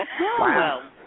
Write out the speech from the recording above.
Wow